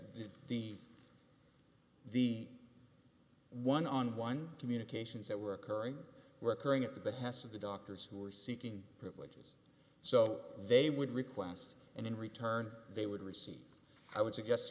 di the one on one communications that were occurring were occurring at the behest of the doctors who are seeking privilege so they would request and in return they would receive i would suggest